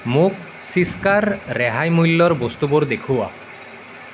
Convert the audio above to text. মোক চিস্কাৰ ৰেহাই মূল্যৰ বস্তুবোৰ দেখুওৱা